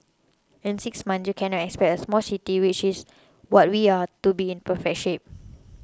in six months you cannot expect small city which is what we are to be in perfect shape